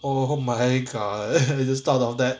oh my god just thought of that